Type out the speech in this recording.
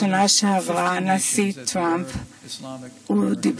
השינוי כבר נושבות במרחבי המזרח התיכון: